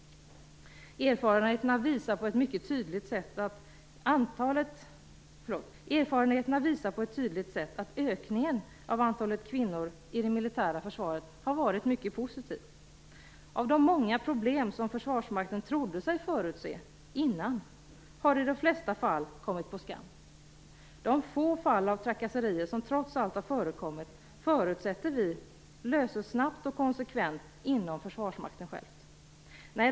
Erfarenheterna visar på ett tydligt sätt att ökningen av antalet kvinnor i det militära försvaret har varit mycket positiv. Av de många problem som Försvarsmakten trodde sig förutse innan har i de allra flesta kommit på skam. De få fall av trakasserier som trots allt har förekommit förutsätter vi löses snabbt och konsekvent inom Försvarsmakten.